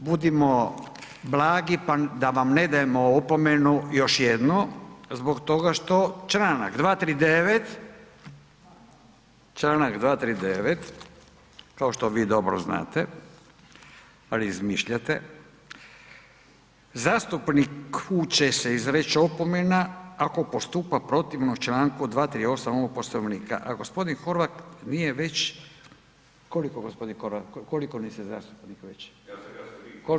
A sada budimo blagi pa da vam ne dajemo opomenu još jednu zbog toga što članak 239. kao što vi dobro znate, ali izmišljate „Zastupniku će se izreći opomena ako postupa protivno članku 238. ovog Poslovnika“, a gospodin Horvat nije već, koliko gospodine Horvat koliko niste zastupnik već?